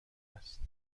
است